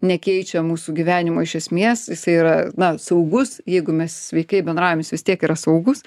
nekeičia mūsų gyvenimo iš esmės jisai yra na saugus jeigu mes sveikai bendraujam jis vis tiek yra saugus